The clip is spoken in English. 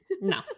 No